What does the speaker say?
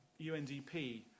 UNDP